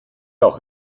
auch